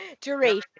Duration